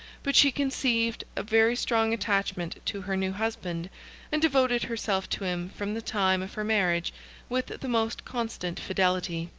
but she conceived a very strong attachment to her new husband and devoted herself to him from the time of her marriage with the most constant fidelity.